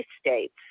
states